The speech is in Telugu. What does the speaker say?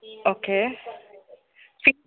okay fee